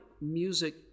music